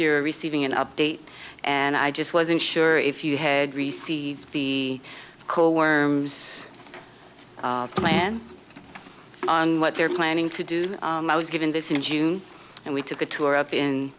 you're receiving an update and i just wasn't sure if you had received the call worms plan on what they're planning to do i was given this in june and we took a tour up in